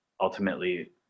ultimately